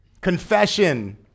Confession